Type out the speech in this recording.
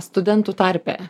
studentų tarpe